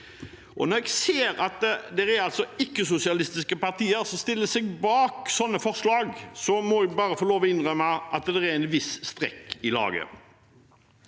når jeg ser at ikkesosialistiske partier stiller seg bak sånne forslag, må jeg bare få lov til å innrømme at det er en viss strekk i laget.